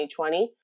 2020